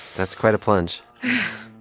that's quite a plunge